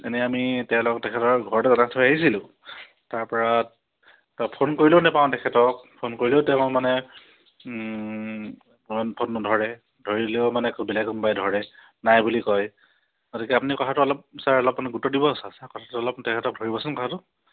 এনেই আমি তেওঁলোকক তেখেতৰ ঘৰতে জনাই থৈ আহিছিলোঁ তাৰপৰা ফোন কৰিলেও নাপাওঁ তেখেতক ফোন কৰিলেও তেওঁক মানে ফোন নধৰে ধৰিলেও মানে বেলেগ কোনোবাই ধৰে নাই বুলি কয় গতিকে আপুনি কথাটো অলপ ছাৰ অলপ মানে গুৰুত্ব দিব আও ছাৰ ছাৰ কথাটো অলপ তেখেতক ধৰিবচোন কথাটো